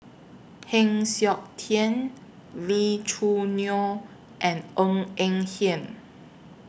Heng Siok Tian Lee Choo Neo and Ng Eng Hen